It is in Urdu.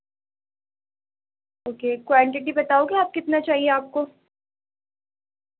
اوکے کوانٹٹی بتاؤ گے آپ کتنا چاہیے آپ کو